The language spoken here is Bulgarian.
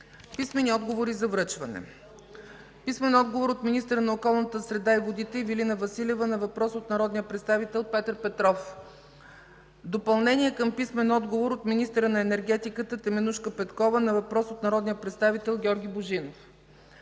Писмени отговори за връчване от: - министъра на околната среда и водите Ивелина Василева на въпрос от народния представител Петър Петров; - допълнение към писмен отговор от министъра на енергетиката Теменужка Петкова на въпрос от народния представител Георги Божинов;